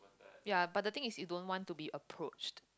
ya but the thing is you don't want to be approached